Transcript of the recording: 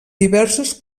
diversos